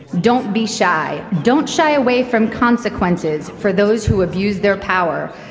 don't be shy. don't shy away from consequences for those who abuse their power.